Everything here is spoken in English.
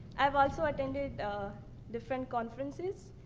um also attended different conferences,